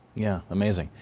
yeah amazing.